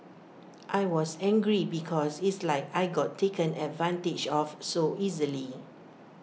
I was angry because it's like I got taken advantage of so easily